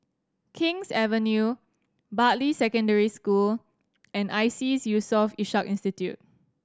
King's Avenue Bartley Secondary School and ISEAS Yusof Ishak Institute